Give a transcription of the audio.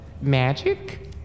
magic